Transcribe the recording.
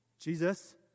Jesus